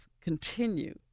continue